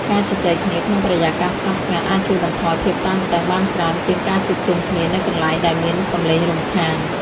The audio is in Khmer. ការជជែកគ្នាក្នុងបរិយាកាសស្ងប់ស្ងាត់អាចជួយបន្ថយភាពតានតឹងបានច្រើនជាងការជួបជុំគ្នានៅកន្លែងដែលមានសម្លេងរំខាន។